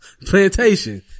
plantation